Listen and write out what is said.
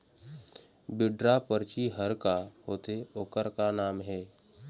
Withdraw परची हर का होते, ओकर का काम हे?